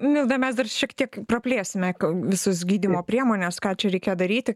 milda mes dar šiek tiek praplėsime visus gydymo priemones ką čia reikia daryti